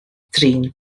drin